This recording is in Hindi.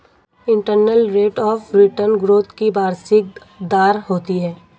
internal rate of return growth की वार्षिक दर होती है